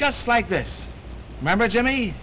just like this remember jimmy